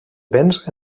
béns